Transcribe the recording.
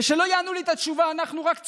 ושלא יענו את התשובה: אנחנו רק צוחקים,